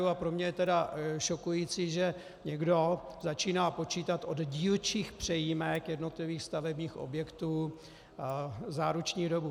A pro mě je šokující, že někdo začíná počítat od dílčích přejímek jednotlivých stavebních objektů záruční dobu.